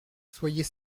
soyez